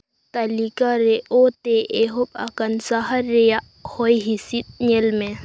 ᱛᱟᱞᱤᱠᱟ ᱨᱮ ᱚ ᱛᱮ ᱮᱦᱚᱵᱽ ᱟᱠᱟᱱ ᱥᱟᱦᱟᱨ ᱨᱮᱭᱟᱜ ᱦᱚᱭ ᱦᱤᱸᱥᱤᱫ ᱧᱮᱞ ᱢᱮ